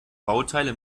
bauteile